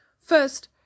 First